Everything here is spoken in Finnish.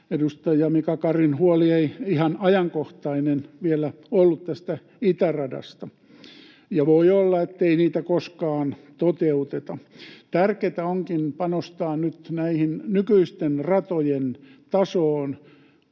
edustaja Mika Karin huoli ei ihan ajankohtainen vielä ollut tästä itäradasta, ja voi olla, ettei niitä koskaan toteuteta. Tärkeätä onkin panostaa nyt näiden nykyisten ratojen tasoon,